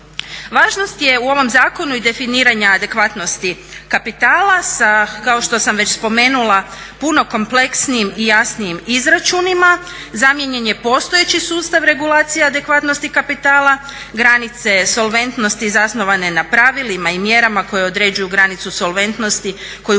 Važnost je u ovom zakonu i definiranja adekvatnosti kapitala sa, kao što sam već spomenula puno kompleksnijim i jasnijim izračunima, zamijenjen je postojeći sustav regulacija adekvatnosti kapitala, granice solventnosti zasnovane na pravilima i mjerama koje određuju granicu solventnosti koju moraju